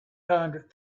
hundred